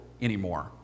anymore